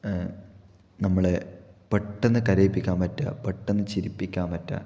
നമ്മളെ പെട്ടന്ന് കരയിപ്പിക്കാന് പറ്റുക പെട്ടന്ന് ചിരിപ്പിക്കാന് പറ്റുക